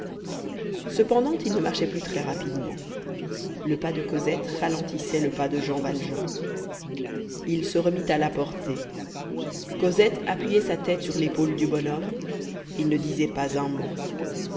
cependant ils ne marchaient plus très rapidement le pas de cosette ralentissait le pas de jean valjean il se remit à la porter cosette appuyait sa tête sur l'épaule du bonhomme et ne disait pas un mot